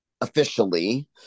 officially